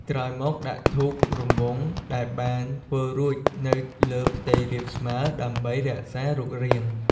ក្រោយមក ដាក់ធូបរង្វង់ ដែលបានធ្វើរួចនៅលើផ្ទៃរាបស្មើ ដើម្បីរក្សារូបរាង។